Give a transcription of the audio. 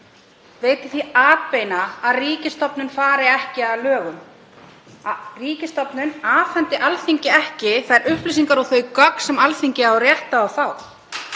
veiti því atbeina að ríkisstofnun fari ekki að lögum, að ríkisstofnun afhendi Alþingi ekki þær upplýsingar og þau gögn sem Alþingi á rétt á að